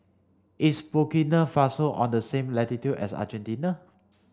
is Burkina Faso on the same latitude as Argentina